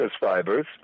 fibers